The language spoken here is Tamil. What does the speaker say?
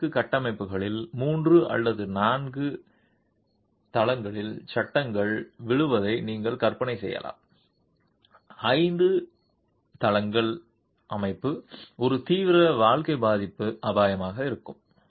பல அடுக்கு கட்டமைப்புகளில் மூன்று அல்லது நான்கு கதையிலிருந்து சட்டங்கள் விழுவதை நீங்கள் கற்பனை செய்யலாம் ஐந்து கதை அமைப்பு ஒரு தீவிர வாழ்க்கை பாதுகாப்பு அபாயமாக இருக்கும்